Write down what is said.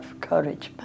courage